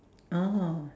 oh